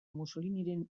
mussoliniren